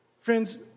Friends